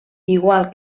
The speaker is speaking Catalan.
igual